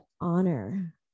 honor